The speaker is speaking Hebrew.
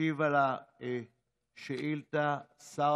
שאילתות דחופות.